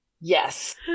Yes